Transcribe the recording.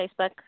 Facebook